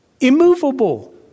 Immovable